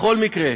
בכל מקרה,